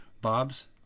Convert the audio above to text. Bob's